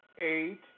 eight